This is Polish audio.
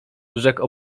rzekł